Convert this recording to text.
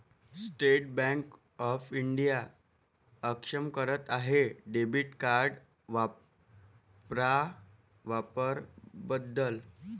state Bank of India अक्षम करत आहे डेबिट कार्ड वापरा वापर बदल